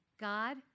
God